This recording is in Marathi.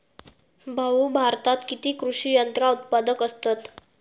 भाऊ, भारतात किती कृषी यंत्रा उत्पादक असतत